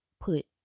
put